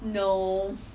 no